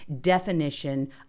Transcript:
definition